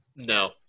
no